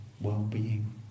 well-being